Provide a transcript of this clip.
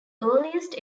earliest